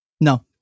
No